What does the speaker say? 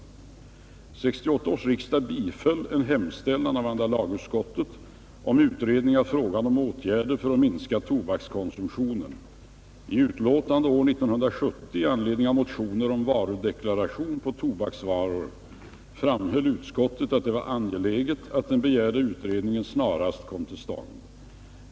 1968 års riksdag biföll en hemställan av andra lagutskottet om utredning av frågan om åtgärder för att minska tobakskonsumtionen. I utlåtande år 1970 i anledning av motioner om varudeklaration på tobaksvaror, m.m., framhöll utskottet att det var angeläget att ven begärda utredningen snarast kom till stånd.